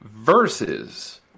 versus